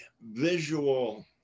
visual